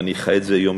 ואני חי את זה יום-יום,